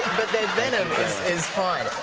venom is fine.